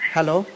Hello